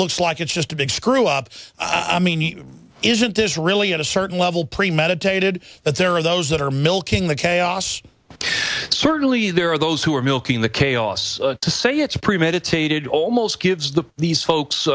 looks like it's just a big screw up i mean isn't this really at a certain level premeditated that there are those that are milking the chaos but certainly there are those who are milking the chaos to say it's a premeditated almost gives the these folks